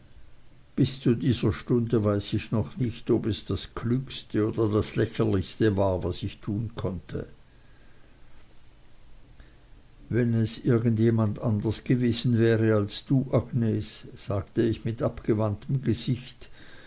bis zu dieser stunde weiß ich noch nicht ob es das klügste oder das lächerlichste war was ich tun konnte wenn es irgend jemand anders gewesen wäre als du agnes sagte ich mit abgewandtem gesicht